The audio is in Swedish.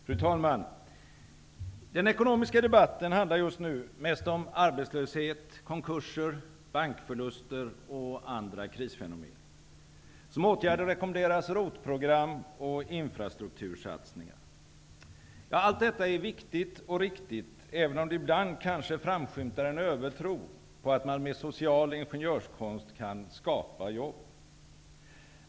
Fru talman! Den ekonomiska debatten handlar just nu mest om arbetslöshet, konkurser, bankförluster och andra krisfenomen. Som åtgärder rekommenderas ROT-program och infrastruktursatsningar. Allt detta är viktigt och riktigt, även om det ibland kanske framskymtar en övertro på att man med social ingenjörskonst kan skapa jobb.